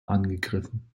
angegriffen